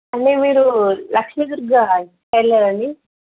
ఏవండీ మీరు లక్ష్మీ దుర్గ టైలరాండి